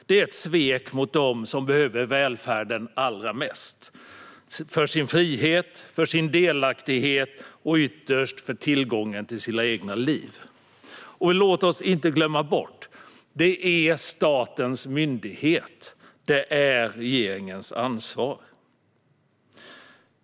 Det är ett svek mot dem som behöver välfärden allra mest för sin frihet, för sin delaktighet och ytterst för tillgången till sina egna liv. Och låt oss inte glömma bort att det är statens myndighet och regeringens ansvar.